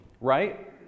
right